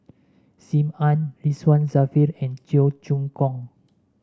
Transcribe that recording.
Sim Ann Ridzwan Dzafir and Cheong Choong Kong